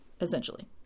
essentially